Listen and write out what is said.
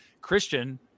Christian